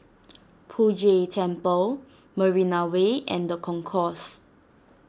Poh Jay Temple Marina Way and the Concourse